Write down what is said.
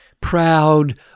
proud